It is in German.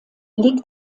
liegt